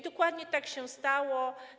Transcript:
Dokładnie tak się stało.